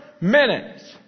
minutes